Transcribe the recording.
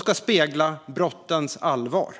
ska spegla brottens allvar.